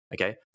Okay